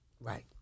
Right